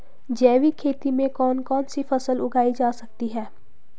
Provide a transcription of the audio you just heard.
जैविक खेती में कौन कौन सी फसल उगाई जा सकती है?